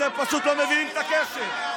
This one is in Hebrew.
אתם פשוט לא מבינים את הקשר.